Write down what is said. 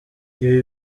ibi